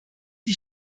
die